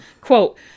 Quote